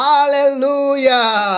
Hallelujah